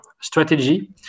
strategy